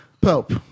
Pope